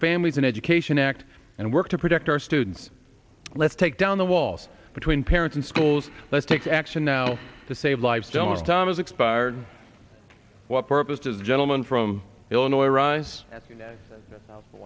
families an education act and work to protect our students let's take down the walls between parents and schools let's take action now to save lives john thomas expired what purpose does the gentleman from illinois arise